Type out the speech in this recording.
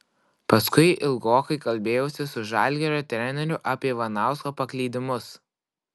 paskui ilgokai kalbėjausi su žalgirio treneriu apie ivanausko paklydimus